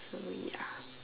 so ya